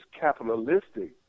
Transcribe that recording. capitalistic